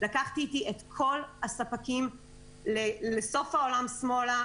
ולקחתי איתי את כל הספקים לסוף העולם שמאלה.